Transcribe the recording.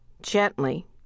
Gently